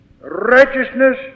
Righteousness